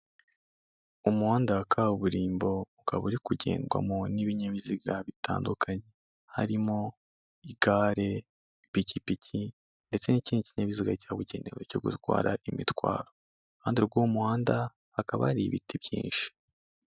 Umuhanda wa kaburimbo ukaba uri kugendwamo n'ibinyabiziga bitandukanye, harimo igare, ipikipiki ndetse n'ikindi kinyabiziga cyabugenewe cyo gutwara imitwaro, iruhande rw'uwo muhanda hakaba hari ibiti byinshi.